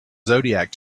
zodiac